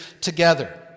together